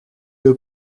que